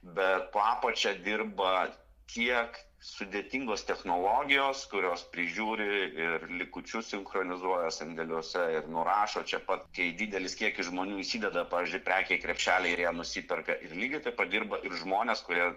bet po apačia dirba tiek sudėtingos technologijos kurios prižiūri ir likučius sinchronizuoja sandėliuose ir nurašo čia pat kai didelis kiekis žmonių įsideda pavyzdžiui prekę į krepšelį ir ją nusiperka ir lygiai taip pat dirba ir žmonės kurie